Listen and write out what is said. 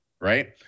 right